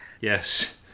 Yes